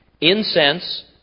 Incense